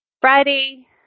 Friday